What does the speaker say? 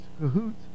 cahoots